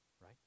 right